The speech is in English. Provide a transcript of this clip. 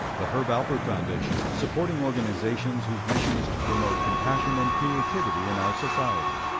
the herb alpert foundation, supporting organizations whose mission is to promote compassion and creativity in our society.